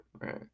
right